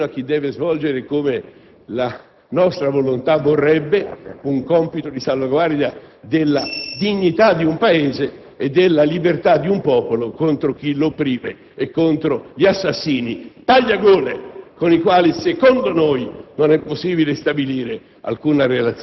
alla finalità di un esercito degno di questo nome, ma persino a chi deve svolgere - come la nostra volontà vorrebbe - un compito di salvaguardia della dignità di un Paese e della libertà di un popolo contro chi lo opprime e contro gli assassini